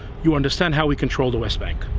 you understand how we control the westbank.